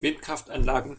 windkraftanlagen